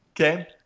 okay